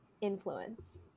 influence